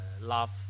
love